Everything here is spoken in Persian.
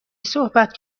صحبت